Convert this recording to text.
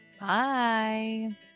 Bye